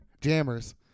Jammers